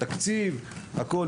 התקציב, הכול.